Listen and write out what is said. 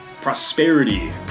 prosperity